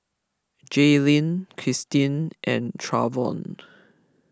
Jaylynn Kristin and Travon